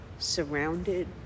surrounded